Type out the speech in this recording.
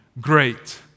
Great